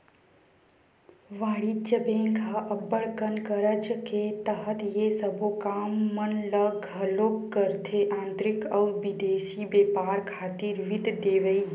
वाणिज्य बेंक ह अब्बड़ कन कारज के तहत ये सबो काम मन ल घलोक करथे आंतरिक अउ बिदेसी बेपार खातिर वित्त देवई